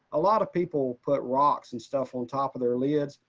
a lot of people put rocks and stuff on top of their lids.